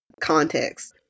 context